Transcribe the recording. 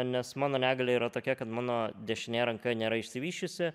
nes mano negalia yra tokia kad mano dešinė ranka nėra išsivysčiusi